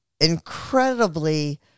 incredibly